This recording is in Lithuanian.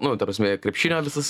nu ta prasme krepšinio visas